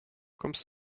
kommst